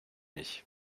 ich